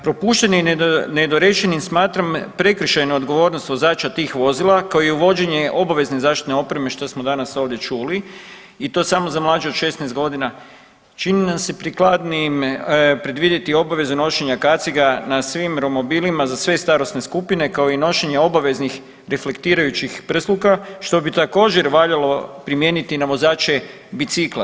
Propuštenim i nedorečenim smatram prekršajnu odgovornost vozača tih vozila kao i uvođenje obavezne zaštitne opreme što smo danas ovdje čuli i to samo za mlađe od 16 godina čini nam se prikladnijim predvidjeti obvezu nošenja kaciga na svim romobilima za sve starosne skupine kao i nošenja obaveznih reflektirajućih prsluka što bi također valjalo primijeniti na vozače bicikla.